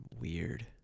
weird